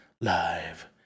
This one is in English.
live